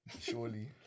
surely